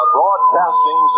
Broadcasting